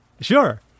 sure